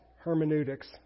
hermeneutics